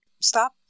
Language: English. stop